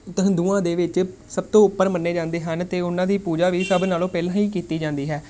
ਹਿੰਦੂਆਂ ਦੇ ਵਿੱਚ ਸਭ ਤੋਂ ਉੱਪਰ ਮੰਨੇ ਜਾਂਦੇ ਹਨ ਅਤੇ ਉਹਨਾਂ ਦੀ ਪੂਜਾ ਵੀ ਸਭ ਨਾਲੋਂ ਪਹਿਲਾਂ ਹੀ ਕੀਤੀ ਜਾਂਦੀ ਹੈ